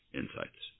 insights